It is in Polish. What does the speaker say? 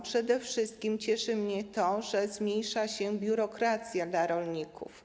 Przede wszystkim cieszy mnie to, że zmniejsza się biurokracja dla rolników.